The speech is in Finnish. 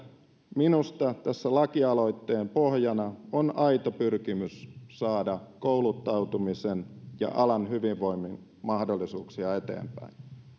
minusta tässä lakialoitteen pohjana on aito pyrkimys saada kouluttautumisen ja alan hyvinvoinnin mahdollisuuksia eteenpäin